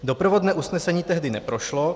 Doprovodné usnesení tehdy neprošlo.